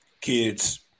kids